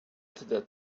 that